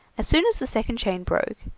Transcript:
as soon as the second chain broke,